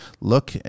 look